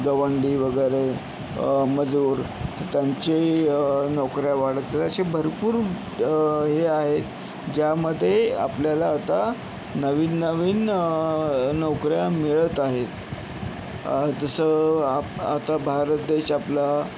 गवंडी वगैरे मजूर त्यांची नोकऱ्या वाढत आहेत अशी भरपूर हे आहे ज्यामध्ये आपल्याला आता नवीन नवीन नोकऱ्या मिळत आहेत तसं आप आता भारत देश आपला